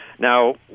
Now